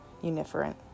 Uniferent